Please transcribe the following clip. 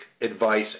advice